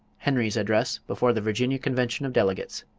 henry's address before the virginia convention of delegates.